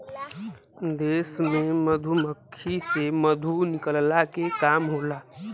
देश में मधुमक्खी से मधु निकलला के काम होला